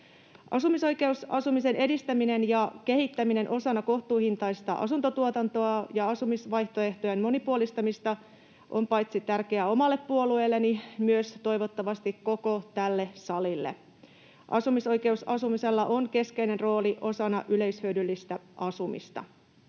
Asumisoikeusasumisen edistäminen ja kehittäminen osana kohtuuhintaista asuntotuotantoa ja asumisvaihtoehtojen monipuolistamista ovat tärkeitä paitsi omalle puolueelleni myös toivottavasti koko tälle salille. Asumisoikeusasumisella on keskeinen rooli osana yleishyödyllistä asumista.